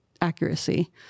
accuracy